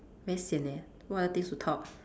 very sian eh what other things to talk